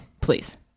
Please